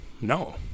no